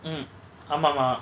mm ஆமா மா:aama ma